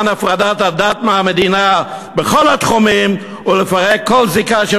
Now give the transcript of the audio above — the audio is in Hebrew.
למען הפרדת הדת מהמדינה בכל התחומים ולפרק כל זיקה של